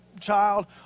child